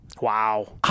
Wow